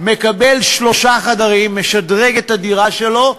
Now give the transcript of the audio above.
מקבל שלושה חדרים, משדרג את הדירה שלו.